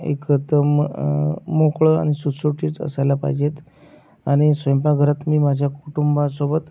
एकदम मोकळं आणि सुसुटीत असायला पाहिजेत आणि स्वयंपाकघरात मी माझ्या कुटुंबासोबत